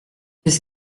qu’est